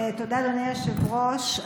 תודה, אדוני היושב-ראש.